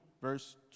verse